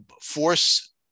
force